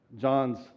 John's